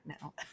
now